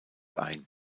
ein